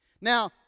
Now